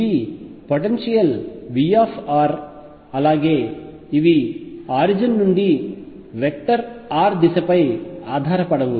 ఇవి potential V అలాగే ఇవి ఆరిజిన్ నుండి వెక్టర్ r దిశపై ఆధారపడవు